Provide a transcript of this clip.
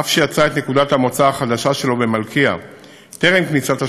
אף שיצא את נקודת המוצא החדשה שלו במלכיה טרם כניסת השבת,